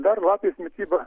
dar lapės mityba